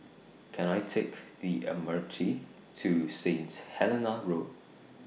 Can I Take The M R T to Saint Helena Road